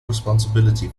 responsibility